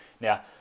Now